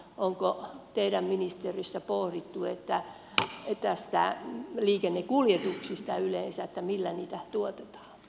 onko teidän ministeriössänne pohdittu näitä liikennekuljetuksia yleensä että millä niitä tuotetaan